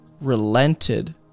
relented